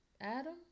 Adam